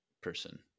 person